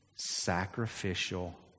sacrificial